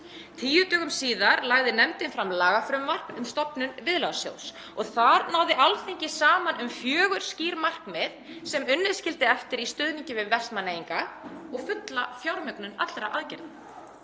Tíu dögum síðar lagði nefndin fram lagafrumvarp um stofnun Viðlagasjóðs og þar náði Alþingi saman um fjögur skýr markmið sem unnið skyldi eftir í stuðningi við Vestmannaeyinga og fulla fjármögnun allra aðgerða.